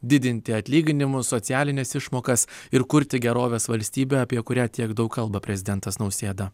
didinti atlyginimus socialines išmokas ir kurti gerovės valstybę apie kurią tiek daug kalba prezidentas nausėda